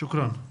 שוקראן.